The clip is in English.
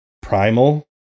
primal